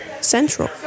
central